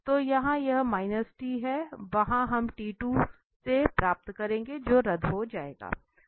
तो यहां यह है वहाँ हम से प्राप्त करेंगे जो रद्द हो जाएगा